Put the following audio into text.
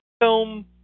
film